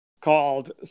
called